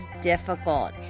difficult